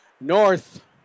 North